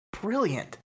brilliant